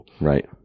right